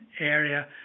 area